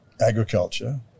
agriculture